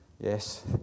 Yes